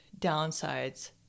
downsides